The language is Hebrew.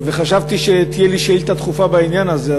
חשבתי שתהיה לי שאילתה דחופה בעניין הזה,